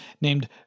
named